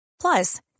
Plus